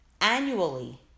annually